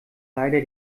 leider